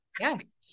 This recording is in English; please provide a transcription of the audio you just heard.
Yes